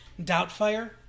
doubtfire